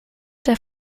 der